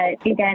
again